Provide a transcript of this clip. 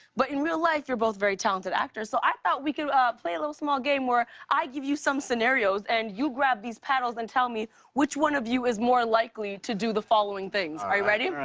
but in real life, you're both very talented actors. so i thought we could play a little, small game where i give you some scenarios and you grab these paddles and tell me which one of you is more likely to do the following things. alright. are you ready?